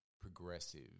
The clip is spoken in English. progressive